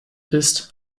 ist